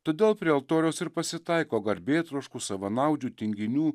todėl prie altoriaus ir pasitaiko garbėtroškų savanaudžių tinginių